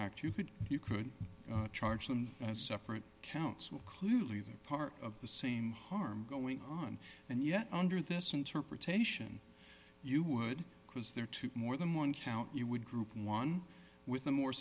act you could you could charge them as separate counsel clearly they're part of the same harm going on and yet under this interpretation you would because there are two more than one count you would group one with the more